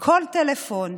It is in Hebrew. מכל טלפון.